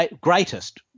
greatest